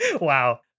Wow